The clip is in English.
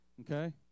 Okay